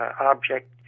object